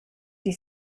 die